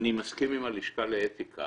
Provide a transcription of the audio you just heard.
אני מסכים עם הלשכה לאתיקה